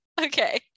Okay